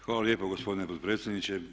Hvala lijepa gospodine potpredsjedniče.